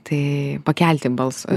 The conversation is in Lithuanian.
tai pakelti balsą